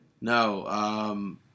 No